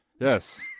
yes